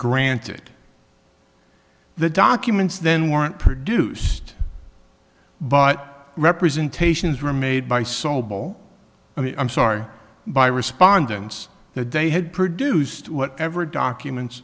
granted the documents then weren't produced but representations were made by sobel and i'm sorry by respondents that they had produced whatever documents